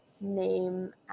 name